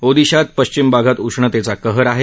ओदिशात पश्चिम भागात उष्णतेचा कहर आहे